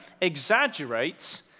exaggerates